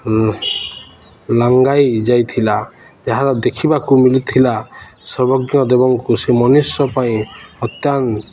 ଲାଙ୍ଗାଇ ଯାଇଥିଲା ଏହାର ଦେଖିବାକୁ ମିଲୁଥିଲା ସର୍ବଜ୍ଞ ଦେବଙ୍କୁ ସେ ମନୁଷ୍ୟ ପାଇଁ ଅତ୍ୟନ୍ତ